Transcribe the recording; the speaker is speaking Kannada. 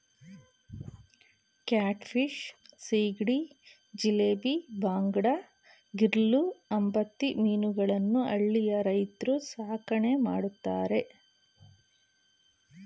ಕ್ಯಾಟ್ ಫಿಶ್, ಸೀಗಡಿ, ಜಿಲೇಬಿ, ಬಾಂಗಡಾ, ಗಿರ್ಲೂ, ಅಂಬತಿ ಮೀನುಗಳನ್ನು ಹಳ್ಳಿಯ ರೈತ್ರು ಸಾಕಣೆ ಮಾಡ್ತರೆ